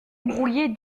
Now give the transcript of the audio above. brouiller